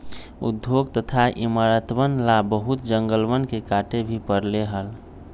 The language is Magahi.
उद्योग तथा इमरतवन ला बहुत जंगलवन के काटे भी पड़ले हल